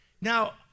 Now